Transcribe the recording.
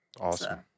Awesome